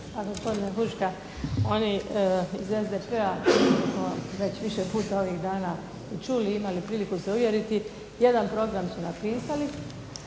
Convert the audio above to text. Gospodine Huška oni iz SDP-a već više puta ovih dana smo čuli i imali priliku se uvjeriti jedan program su napisali,